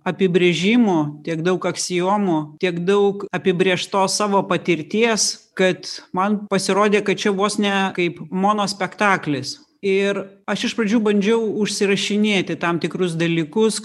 apibrėžimų tiek daug aksiomų tiek daug apibrėžtos savo patirties kad man pasirodė kad čia vos ne kaip monospektaklis ir aš iš pradžių bandžiau užsirašinėti tam tikrus dalykus